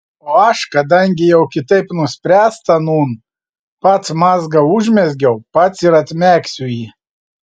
o aš kadangi jau kitaip nuspręsta nūn pats mazgą užmezgiau pats ir atmegsiu jį